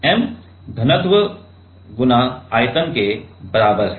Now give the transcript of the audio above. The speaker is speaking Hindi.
m घनत्व X आयतन के बराबर है